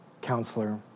counselor